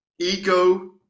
ego